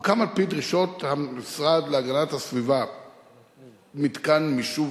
הוקם על-פי דרישות המשרד להגנת הסביבה מתקן מישוב